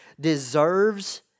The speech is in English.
deserves